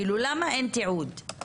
כאילו למה אין תיעוד?